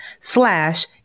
slash